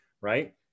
Right